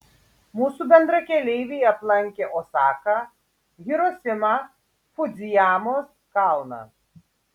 mūsų bendrakeleiviai aplankė osaką hirosimą fudzijamos kalną